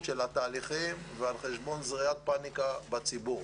של התהליכים ועל חשבון זריית פניקה בציבור.